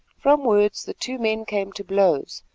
from words the two men came to blows,